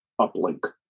uplink